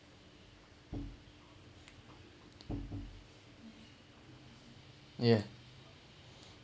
yeah